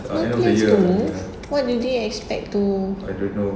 no plans to move what do they expect to